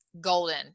golden